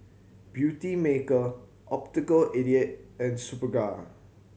Beautymaker Optical eighty eight and Superga